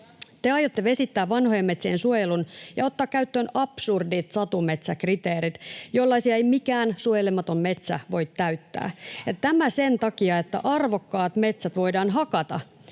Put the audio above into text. Te aiotte vesittää vanhojen metsien suojelun ja ottaa käyttöön absurdit satumetsäkriteerit, jollaisia ei mikään suojelematon metsä voi täyttää — ja tämä sen takia, että arvokkaat metsät voidaan hakata